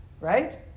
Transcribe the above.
right